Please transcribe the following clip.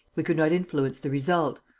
we could not influence the result.